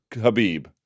Habib